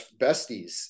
besties